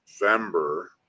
November